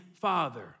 father